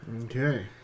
Okay